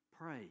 pray